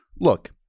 look